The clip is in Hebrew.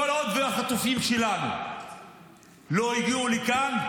כל עוד החטופים שלנו לא יגיעו לכאן,